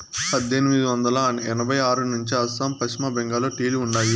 పద్దెనిమిది వందల ఎనభై ఆరు నుంచే అస్సాం, పశ్చిమ బెంగాల్లో టీ లు ఉండాయి